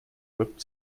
grabbed